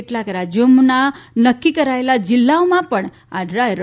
કેટલાક રાજ્યોના નક્કી કરાયેલા જીલ્લાઓમાં પણ આ ડ્રાય રન યોજાશે